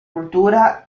cultura